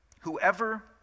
whoever